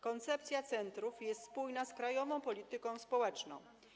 Koncepcja centrów jest spójna z krajową polityką społeczną.